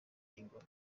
ingoma